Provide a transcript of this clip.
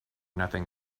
nothing